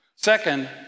Second